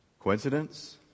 Coincidence